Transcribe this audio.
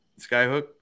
Skyhook